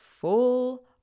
full